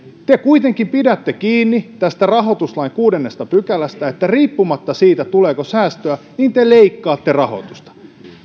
te kuitenkin pidätte kiinni tästä rahoituslain kuudennesta pykälästä että riippumatta siitä tuleeko säästöä te leikkaatte rahoitusta